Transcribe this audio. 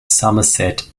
somerset